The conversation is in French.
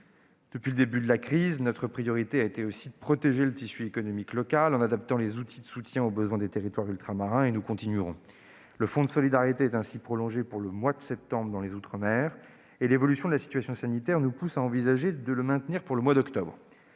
Depuis le début de la crise, notre priorité est de protéger le tissu économique local en adaptant les outils de soutien aux besoins des territoires ultramarins. Nous continuerons en ce sens. Le fonds de solidarité est ainsi prolongé pour le mois de septembre dans les outre-mer. L'évolution de la situation sanitaire nous pousse en outre à en envisager le maintien au mois d'octobre.